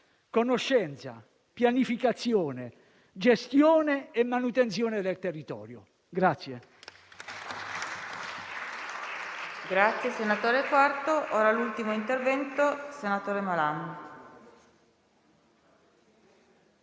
conoscenza, pianificazione, gestione e manutenzione del territorio.